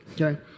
Okay